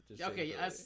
Okay